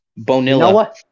Bonilla